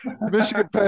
Michigan